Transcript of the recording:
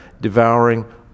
devouring